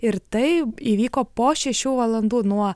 ir tai įvyko po šešių valandų nuo